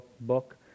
book